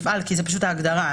זאת ההגדרה.